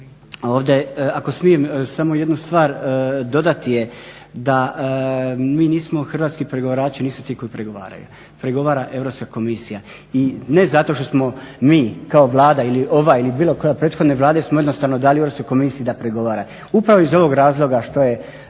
ovdje, ako smijem samo jednu stvar dodati, je da mi nismo, hrvatski pregovarači nisu ti koji pregovaraju. Pregovara Europska komisija. I ne zato što smo mi kao Vlada ili ova ili bilo koja prethodna Vlada smo jednostavno dali Europskoj komisiji da pregovara upravo iz ovog razloga što je